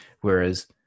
Whereas